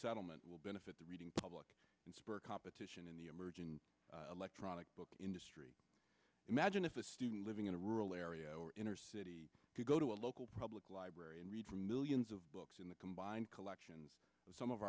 settlement will benefit the reading public and spur competition in the emerging electronic book industry imagine if a student living in a rural area or inner city you go to a local public library and read from millions of books in the combined collections of some of